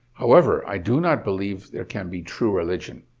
however, i do not believe there can be true religion,